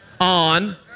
on